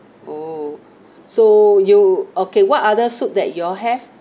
oh so you okay what other soup that you all have